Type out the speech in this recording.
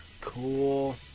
Cool